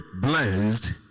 blessed